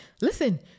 listen